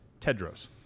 Tedros